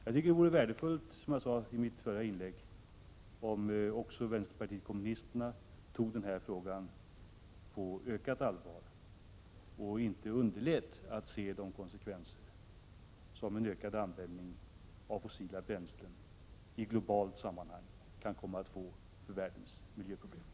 Jag tycker det vore värdefullt om också vänsterpartiet kommunisterna tog den här frågan på ökat allvar och inte underlät att inse de konsekvenser som en ökad användning av fossila bränslen i globalt sammanhang kan komma att få för världens miljöproblem.